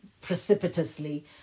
precipitously